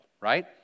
right